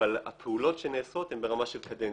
אבל הפעולות שנעשות הן ברמה של קדנציה,